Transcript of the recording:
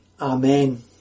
Amen